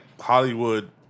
Hollywood